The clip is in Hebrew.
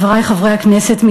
חברי חברי הכנסת,